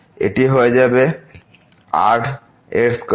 এটি হয়ে যাবে r এর স্কয়ার